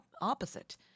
opposite